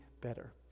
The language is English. better